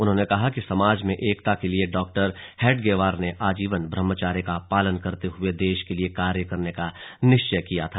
उन्होंने कहा कि समाज में एकता के लिए डॉक्टर हेडगेवार ने आजीवन ब्रह्मचार्य का पालन करते हुए देश के लिए कार्य करने का निश्चय किया था